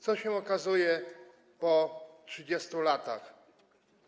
Co się okazuje po 30 latach?